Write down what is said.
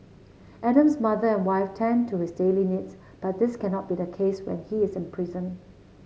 Adam's mother and wife tend to his daily needs but this cannot be the case when he is imprisoned